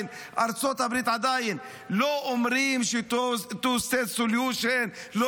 ארצות הברית עדיין לא אומרים states solution Two,